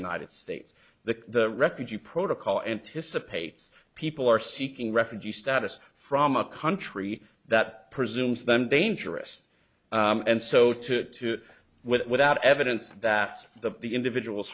united states the refugee protocol anticipates people are seeking refugee status from a country that presumes them dangerous and so to to without evidence that the the individual